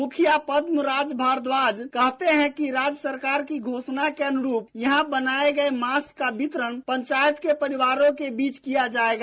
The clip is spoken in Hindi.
मुखिया पदमराज भारद्वाज कहते हैं कि राज्य सरकार की घोषणा के अनुरूप यहां बनाये गए मास्क का वितरण पंचायत के परिवारों के बीच किया जाएगा